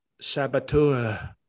saboteur